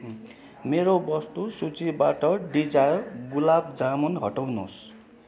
मेरो वस्तु सूचीबाट डिजायर गुलाब जामुन हटाउनुहोस्